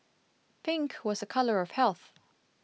pink was a colour of health